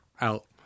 out